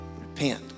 Repent